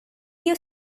you